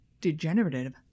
degenerative